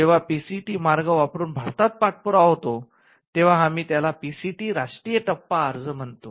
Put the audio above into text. जेव्हा पीसीटी मार्ग वापरुन भारतात पाठपुरावा होतो तेव्हा आम्ही त्याला पीसीटी राष्ट्रीय टप्पा अर्ज म्हणतो